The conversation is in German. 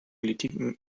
politiken